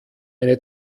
eine